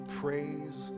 praise